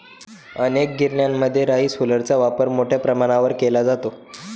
अनेक गिरण्यांमध्ये राईस हुलरचा वापर मोठ्या प्रमाणावर केला जातो